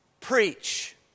preach